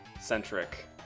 centric